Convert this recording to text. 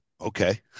Okay